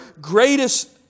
greatest